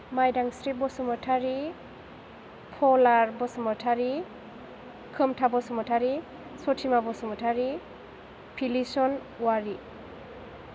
माइदांस्रि बसुमतारी फलार बसुमतारी खोमथा बसुमतारी सथिमा बसुमतारी फिलिसन अवारि